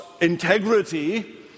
integrity